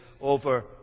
over